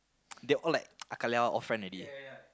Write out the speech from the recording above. they all like all friend already